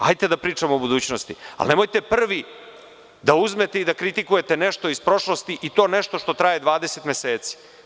Hajde da pričamo o budućnosti, ali nemojte prvi da uzmete i da kritikujete nešto iz prošlosti i to nešto što traje 20 meseci.